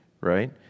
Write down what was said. right